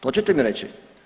To ćete mi reći?